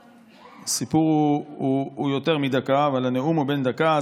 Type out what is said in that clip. הסיפור הוא יותר מדקה אבל הנאום הוא בן דקה,